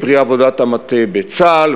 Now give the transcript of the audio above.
פרי עבודת המטה בצה"ל,